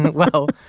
but well,